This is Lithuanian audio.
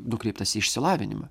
nukreiptas į išsilavinimą